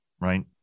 right